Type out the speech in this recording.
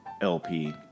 LP